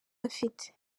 afite